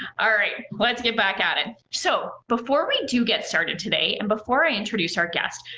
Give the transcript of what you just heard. alright, let's get back at it. so, before we do get started today, and before i introduce our guest,